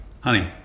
Honey